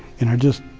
and, i just,